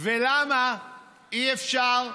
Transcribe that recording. למה אי-אפשר,